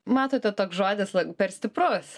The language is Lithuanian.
matote toks žodis per stiprus